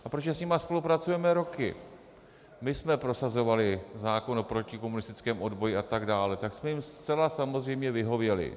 Protože s nimi spolupracujeme roky, my jsme prosazovali zákon o protikomunistickém odboji atd., tak jsme jim samozřejmě vyhověli.